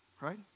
Right